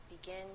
begin